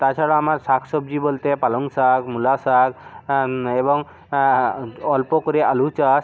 তাছাড়া আমার শাক সবজি বলতে পালং শাক মূলা শাক এবং অল্প করে আলু চাষ